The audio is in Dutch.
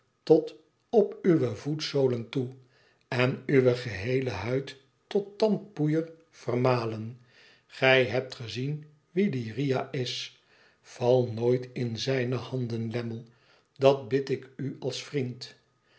tot op uwe voetzolen toe en uwe geheele huid tot tandpoeier vermalen gij hebt gezien wie die riah is val nooit in zijne handen lammie dat bid ik u als vriend